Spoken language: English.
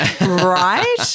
Right